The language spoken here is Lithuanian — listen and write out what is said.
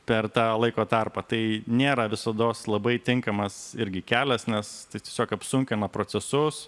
per tą laiko tarpą tai nėra visados labai tinkamas irgi kelias nes tai tiesiog apsunkina procesus